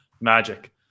Magic